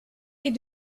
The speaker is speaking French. est